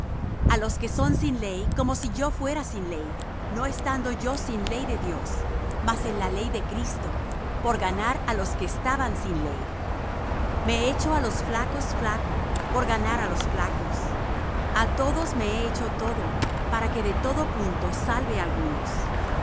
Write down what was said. a los que son sin ley como si yo fuera sin ley no estando yo sin ley de dios mas en la ley de cristo por ganar á los que estaban sin ley me he hecho á los flacos flaco por ganar á los flacos á todos me he hecho todo para que de todo punto salve á algunos